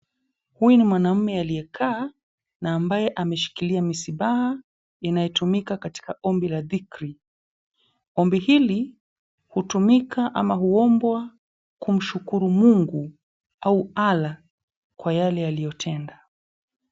Huyu ni mwanaume aliyekaa na ambaye ameshikilia misbaha inayotumika katika ombi la dhikri, ombi hili hutumika ama huombwa kumshukuru Mungu au Allah kwa yale aliyotenda.